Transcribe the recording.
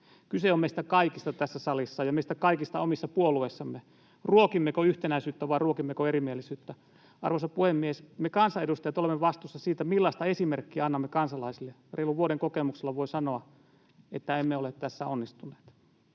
Kyse on meistä kaikista tässä salissa ja meistä kaikista omissa puolueissamme: ruokimmeko yhtenäisyyttä vai ruokimmeko erimielisyyttä? Arvoisa puhemies! Me kansanedustajat olemme vastuussa siitä, millaista esimerkkiä annamme kansalaisille. Reilun vuoden kokemuksella voin sanoa, että emme ole tässä onnistuneet.